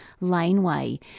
Laneway